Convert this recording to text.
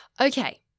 Okay